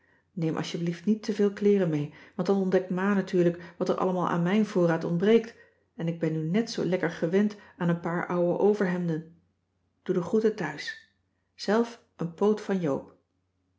neem asjeblieft niet te veel kleeren mee want dan ontdekt ma natuurlijk wat er allemaal aan mijn voorraad ontbreekt en ik ben nu net zoo lekker gewend aan een paar ouwe overhemden doe de groeten thuis zelf een poot van joop